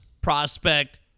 prospect